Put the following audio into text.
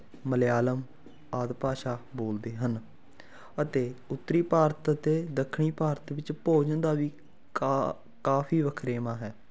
ਮਲਿਆਲਮ ਆਦਿ ਭਾਸ਼ਾ ਬੋਲਦੇ ਹਨ ਅਤੇ ਉੱਤਰੀ ਭਾਰਤ ਅਤੇ ਦੱਖਣੀ ਭਾਰਤ ਵਿੱਚ ਭੋਜਨ ਦਾ ਵੀ ਕਾ ਕਾਫੀ ਵਖਰੇਵਾਂ ਹੈ